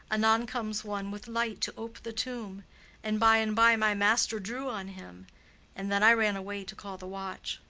anon comes one with light to ope the tomb and by-and-by my master drew on him and then i ran away to call the watch.